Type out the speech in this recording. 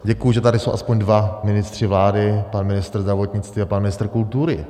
Děkuji, že tady jsou aspoň dva ministři vlády, pan ministr zdravotnictví a pan ministr kultury.